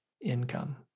income